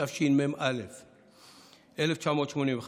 התשמ"א 1981,